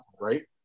right